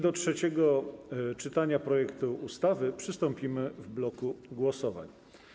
Do trzeciego czytania projektu ustawy przystąpimy w bloku głosowań.